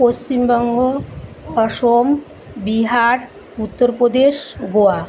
Paschimbanga Assam Bihar Uttar Pradesh Goa